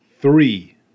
three